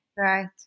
Right